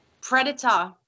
Predator